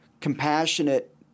compassionate